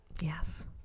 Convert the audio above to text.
yes